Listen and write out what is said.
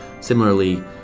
Similarly